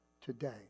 today